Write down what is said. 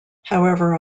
however